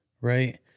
Right